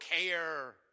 care